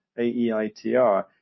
AEITR